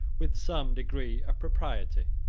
with some degree of propriety,